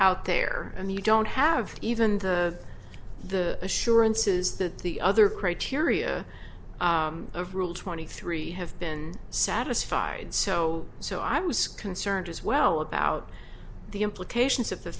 out there and you don't have even the the assurances that the other criteria of rule twenty three have been satisfied so so i was concerned as well about the implications of the